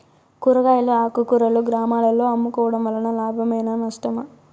కూరగాయలు ఆకుకూరలు గ్రామాలలో అమ్ముకోవడం వలన లాభమేనా నష్టమా?